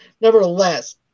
Nevertheless